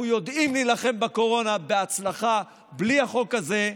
אנחנו יודעים להילחם בקורונה בהצלחה בלי החוק הזה.